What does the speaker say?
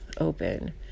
open